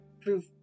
Prove